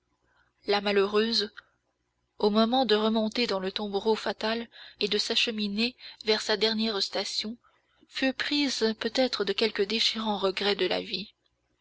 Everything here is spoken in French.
la malheureuse au moment de remonter dans le tombereau fatal et de s'acheminer vers sa dernière station fut prise peut-être de quelque déchirant regret de la vie